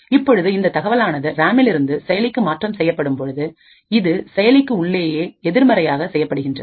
இப்பொழுது இந்த தகவலானது ராமில் இருந்து செயலிக்கு மாற்றம் செய்யப்படும் பொழுது இது செயலிக்கு உள்ளேயே எதிர்மறையாக செய்யப்படுகின்றது